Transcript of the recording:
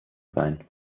sein